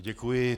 Děkuji.